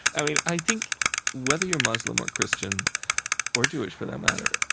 i mean, i think whether you're muslim or christian or jewish for that matter,